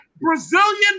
Brazilian